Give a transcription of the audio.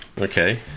Okay